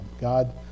God